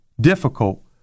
difficult